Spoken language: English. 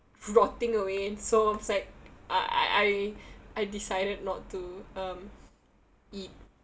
rotting away so it's like I I I decided not to um eat